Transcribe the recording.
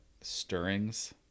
stirrings